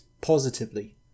positively